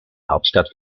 hauptstadt